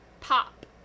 Pop